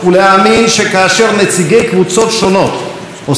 נציגי קבוצות שונות עושים אחת ועוד אחת,